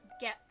get